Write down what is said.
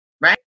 right